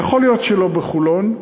יכול להיות שלא בחולון,